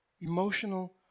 Emotional